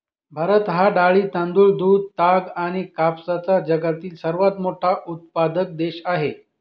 भारत हा डाळी, तांदूळ, दूध, ताग आणि कापसाचा जगातील सर्वात मोठा उत्पादक देश आहे